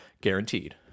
guaranteed